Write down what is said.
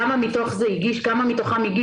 כמה מתוכם הגישו,